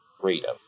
Freedom